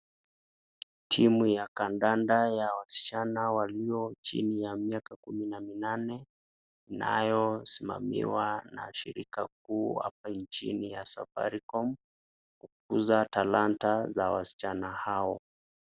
Timu ya kandanda ya wasichana waliochini ya miaka ya kumi na minane, inayosimamiwa na shirika kubwa wa Safaricom kuuza talanda ya wasichana hao.